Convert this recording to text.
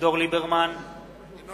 אביגדור ליברמן, אינו